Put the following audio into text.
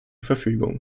verfügung